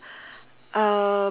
uh